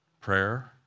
Prayer